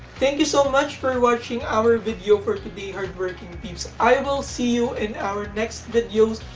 thank you so much for watching our video for today hard-working peeps i will see you in our next videos.